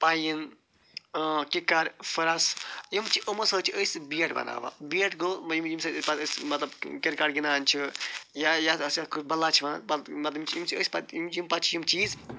pine کِکَر فرٛٮ۪س یِم چھِ یِمو سۭتۍ چھِ أسۍ بیٹ بناوان بیٹ گوٚو ییٚمہِ سۭتۍ أسۍ کرکٹ گِندان چھِ یا یتھ أسۍ بَلّا چھِ ونان مطلب یِم چھِ أسۍ پَتہٕ پَتہٕ چھِ یِم چیٖز